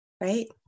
right